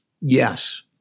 Yes